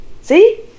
See